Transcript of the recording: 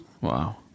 Wow